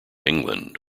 england